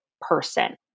person